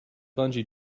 bungee